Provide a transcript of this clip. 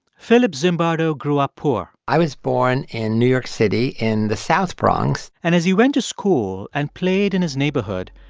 philip zimbardo grew up poor i was born in new york city in the south bronx and as he went to school and played in his neighborhood,